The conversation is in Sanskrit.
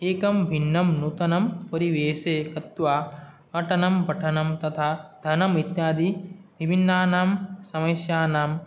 एकं भिन्नं नूतनं परिवेषे गत्वा अटनं पठनं तथा धनम् इत्यादिविभिन्नानां समस्यानां